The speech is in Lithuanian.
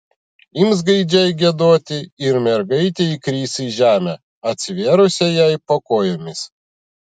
ims gaidžiai giedoti ir mergaitė įkris į žemę atsivėrusią jai po kojomis